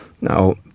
Now